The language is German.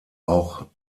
auch